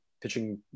pitching